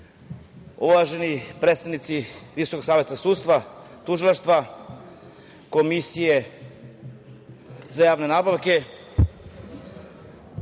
se. Uvaženi predstavnici Visokog saveta sudstva, tužilaštva, Komisije za javne nabavke,